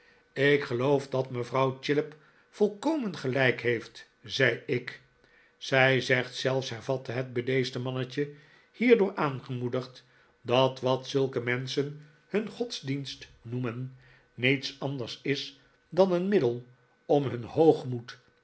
ik geloof dat mevrouw chillip volkomen gelijk heeft zei ik zij zegt zelfs hervatte het bedeesde mannetje hierdoor aangemoedigd dat wat zulke menschen hun godsdienst noemen niets anders is dan een middel om hun hoogmoed